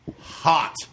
Hot